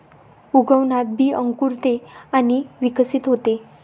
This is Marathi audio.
उगवणात बी अंकुरते आणि विकसित होते